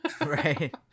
Right